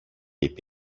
είπε